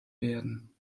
werden